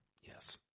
Yes